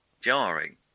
jarring